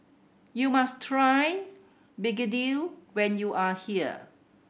you must try begedil when you are here